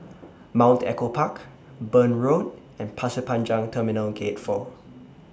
Mount Echo Park Burn Road and Pasir Panjang Terminal Gate four